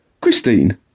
christine